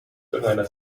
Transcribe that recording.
irgendeiner